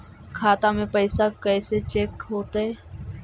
खाता में पैसा कैसे चेक हो तै?